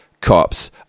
cops